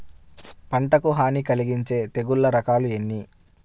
పంటకు హాని కలిగించే తెగుళ్ళ రకాలు ఎన్ని?